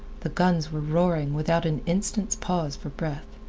the guns were roaring without an instant's pause for breath.